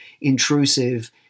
intrusive